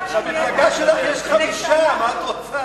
אחד שיהיה, במפלגה שלך יש חמישה, מה את רוצה?